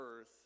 earth